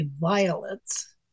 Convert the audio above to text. violets